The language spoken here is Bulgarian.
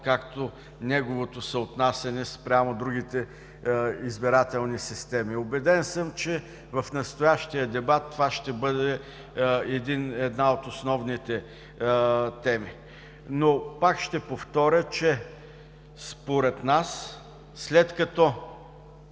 както неговото съотнасяне спрямо другите избирателни системи. Убеден съм, че в настоящия дебат това ще бъде една от основните теми. Но пак ще повторя, че според нас след като